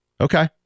Okay